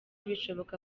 bishoboka